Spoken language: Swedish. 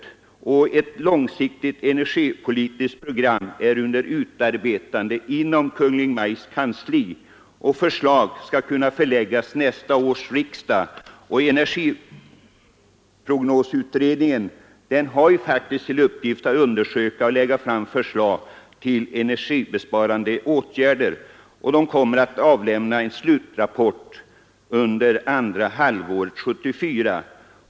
Sålunda är ett långsiktigt energipolitiskt program under utarbetande inom Kungl. Maj:ts kansli med sikte på att förslag skall kunna föreläggas nästa års riksdag, och energiprognosutredningen, som bl.a. har till uppgift att undersöka och lägga fram förslag till energibesparande åtgärder, avser att avlämna sin slutrapport under andra halvåret 1974.